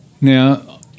now